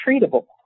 treatable